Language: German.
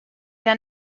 der